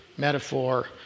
metaphor